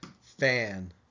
fan